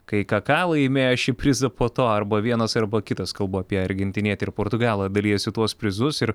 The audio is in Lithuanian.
kai kaką laimėjo šį prizą po to arba vienas arba kitas kalba apie argentinietį ir portugalą dalijasi tuos prizus ir